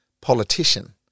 politician